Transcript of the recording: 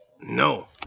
No